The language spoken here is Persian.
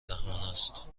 رحمانست